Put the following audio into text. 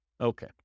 Okay